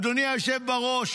אדוני היושב בראש,